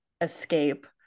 escape